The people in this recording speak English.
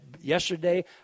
yesterday